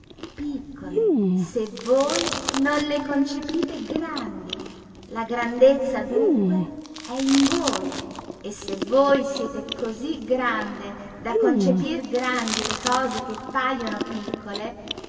piccole se voi non le concepite grandi la grandezza dunque è in voi e se voi siete cosí grande da concepir grandi le cose che pajono piccole